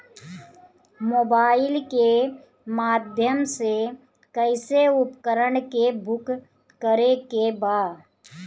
Mobile के माध्यम से कैसे उपकरण के बुक करेके बा?